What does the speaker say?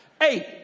Eight